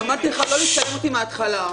ס': אמרתי לך כבר מההתחלה לא לצלם אותי.